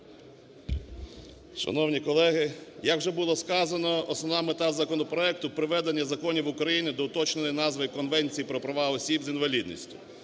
Шановні колеги, як вже було сказано, основна мета законопроекту - приведення законів України до уточненої назви Конвенції про права осіб з інвалідністю.